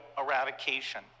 eradication